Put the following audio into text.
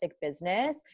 business